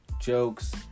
jokes